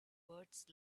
words